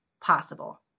possible